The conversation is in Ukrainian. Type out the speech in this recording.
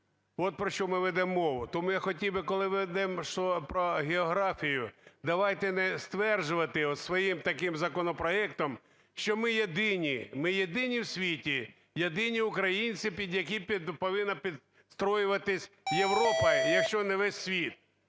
От про що ми ведемо мову. Тому я хотів би, коли ми ведемо про географію, давайте не стверджувати своїм таким законопроектом, що ми єдині, ми єдині в світі, єдині українці, під яких повинна підстроюватись Європа, якщо не весь світ.